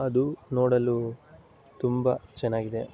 ಅದು ನೋಡಲು ತುಂಬ ಚೆನ್ನಾಗಿದೆ